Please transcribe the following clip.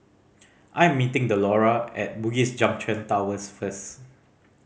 I am meeting Delora at Bugis Junction Towers first